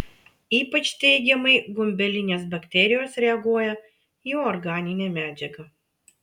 ypač teigiamai gumbelinės bakterijos reaguoja į organinę medžiagą